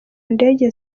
ndege